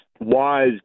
wise